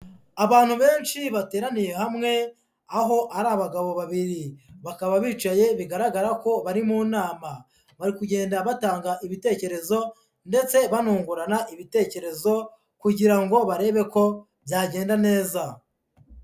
Abantu benshi bateraniye hamwe aho ari abagabo babiri bakaba bicaye bigaragara ko bari mu nama, bari kugenda batanga ibitekerezo ndetse banungurana ibitekerezo kugira ngo barebe ko byagenda neza.